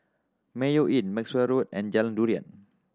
Mayo Inn Maxwell Road and Jalan Durian